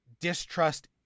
distrust